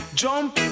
jump